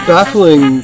Baffling